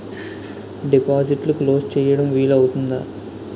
డిపాజిట్లు క్లోజ్ చేయడం వీలు అవుతుందా?